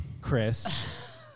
Chris